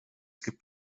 gibt